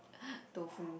tofu